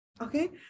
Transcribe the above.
Okay